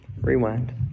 Rewind